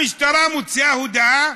המשטרה מוציאה הודעה: